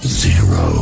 zero